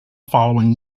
following